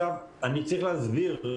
אני צריך להסביר,